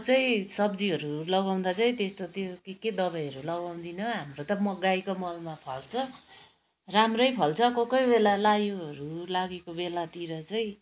म चाहिँ सब्जीहरू लगाउँदा चाहिँ त्यस्तो त्यो के के दबाईहरू लगाउँदिनँ हाम्रो त गाईको मलमा फल्छ राम्रै फल्छ कोही कोही बेला लायूहरू लागेको बेलातिर चाहिँ